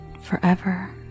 forever